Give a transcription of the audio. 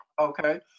Okay